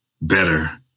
better